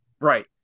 right